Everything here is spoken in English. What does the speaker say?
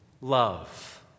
love